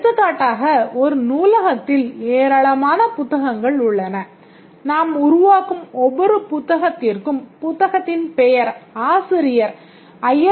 எடுத்துக்காட்டாக ஒரு நூலகத்தில் ஏராளமான புத்தகங்கள் உள்ளன நாம் உருவாக்கும் ஒவ்வொரு புத்தகத்திற்கும் புத்தகத்தின் பெயர் ஆசிரியர் ஐ